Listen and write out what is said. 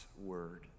word